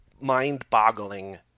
mind-boggling